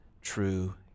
true